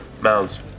Mounds